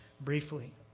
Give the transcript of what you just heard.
briefly